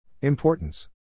Importance